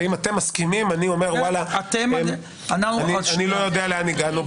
ואם אתם מסכימים לא יודע לאן הגענו,